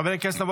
חברי הכנסת,